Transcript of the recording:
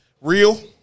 Real